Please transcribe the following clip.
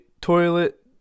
Toilet